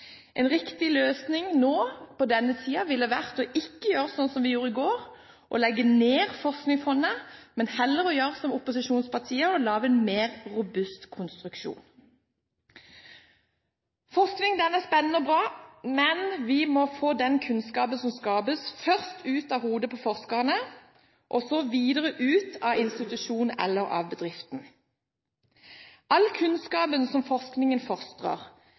En riktig løsning nå på denne tiden ville ha vært ikke å gjøre sånn som vi gjorde i går, å legge ned Forskningsfondet, men heller gjøre som opposisjonspartiene, lage en mer robust konstruksjon. Forskning er spennende og bra. Men vi må først få den kunnskapen som skapes, ut av hodet på forskerne og så videre ut av institusjonen eller bedriften. Det trengs incentiver for at all kunnskapen som forskningen fostrer,